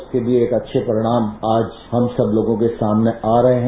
उसके भी एक अच्छे परिणाम आज हम सब लोगों के सामने आ रहे है